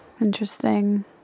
Interesting